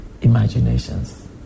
imaginations